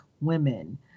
women